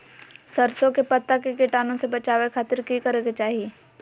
सरसों के पत्ता के कीटाणु से बचावे खातिर की करे के चाही?